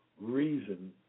reason